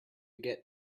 get